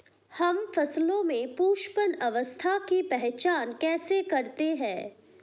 हम फसलों में पुष्पन अवस्था की पहचान कैसे करते हैं?